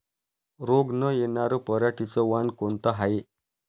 रोग न येनार पराटीचं वान कोनतं हाये?